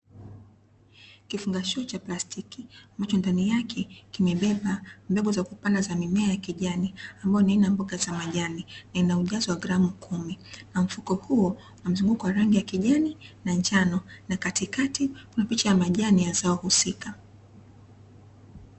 Kifungashio cha plastiki, ambacho ndani yake kimebeba mbegu za kupanda za mimea ya kijani, ambayo ni aina ya mboga za majani, kina ujazo wa gramu kumi, na mfuko huo una rangi ya kijani na njano, katikati kuna picha ya majani ya zao husika.